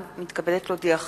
אני מתכבדת להודיעכם,